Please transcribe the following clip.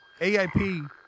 AIP